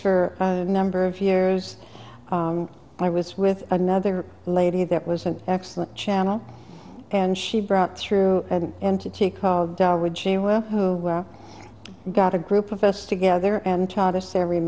for a number of years i was with another lady that was an excellent channel and she brought through an entity called bellwood she will who got a group of us together and charge us every